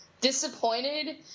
disappointed